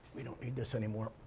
we don't need this anymore.